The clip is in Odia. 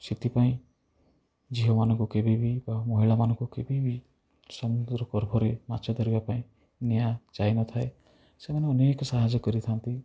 ସେଥିପାଇଁ ଝିଅମାନଙ୍କୁ କେବେ ବି ବା ମହିଳାମାନଙ୍କୁ କେବେ ବି ସମୁଦ୍ର ଗର୍ଭରେ ମାଛ ଧରିବା ପାଇଁ ନିଆ ଯାଇନଥାଏ ସେମାନଙ୍କୁ ନେଇକି ସାହାଯ୍ୟ କରିଥାନ୍ତି